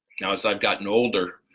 now as i've gotten older,